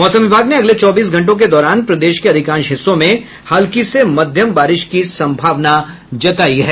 मौसम विभाग ने अगले चौबीस घंटों के दौरान प्रदेश के अधिकांश हिस्सों में हल्की से मध्यम बारिश की सम्भावना जतायी है